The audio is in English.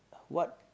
what